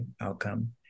outcome